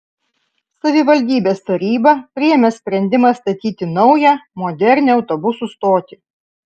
savivaldybės taryba priėmė sprendimą statyti naują modernią autobusų stotį